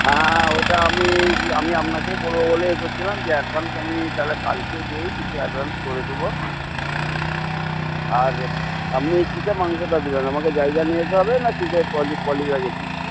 হ্যাঁ হ্যাঁ হ্যাঁ ওটা আমি আমি আপনাকে বলবো বলেই ইয়ে করছিলাম যে অ্যাডভান্স আমি তাহলে কালকে গিয়েই কিছু অ্যাডভান্স করে দেব আর আপনি কিসে মাংসটা দেবেন আমাকে জায়গা নিয়ে যেতে হবে নাকি কিসে পলিব্যাগে দিয়ে দেবেন